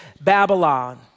Babylon